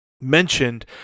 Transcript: mentioned